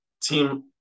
team